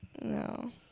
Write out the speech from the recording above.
No